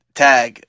tag